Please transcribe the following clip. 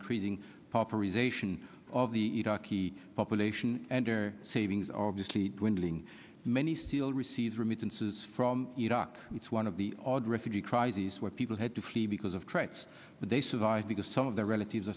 increasing population of the iraqi population and their savings are obviously dwindling many still receives remittances from iraq it's one of the odd refugee crises where people had to flee because of traits but they survive because some of their relatives